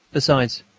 besides,